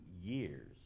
years